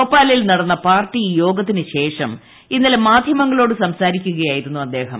ഭോപ്പാലിൽ നടന്ന പാർട്ടിയോഗത്തിനുശേഷനം ഇന്നലെ മാധ്യമങ്ങളോട് സംസാരിക്കുകയായിരുന്നു അദ്ദേഹം